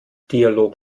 dialog